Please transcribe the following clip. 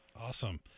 Awesome